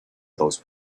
those